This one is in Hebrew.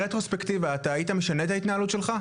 ברטרוספקטיבה אתה היית משנה את ההתנהלות שלך?